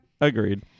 Agreed